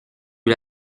lui